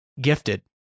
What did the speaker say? gifted